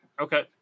Okay